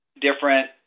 different